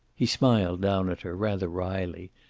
he smiled down at her, rather wryly,